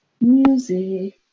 Music